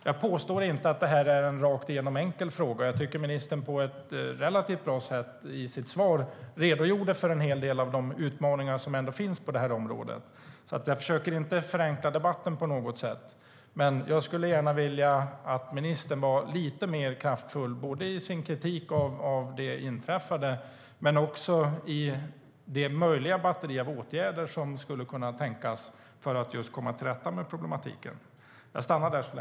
Jag påstår inte att det här är en rakt igenom enkel fråga. Jag tycker att ministern på ett relativt bra sätt i sitt svar redogjorde för en hel del av de utmaningar som finns på området.